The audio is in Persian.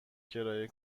کرایه